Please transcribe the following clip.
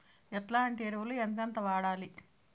ఎట్లాంటి ఎరువులు ఎంతెంత వాడాలి?